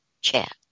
chat